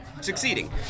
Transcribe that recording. succeeding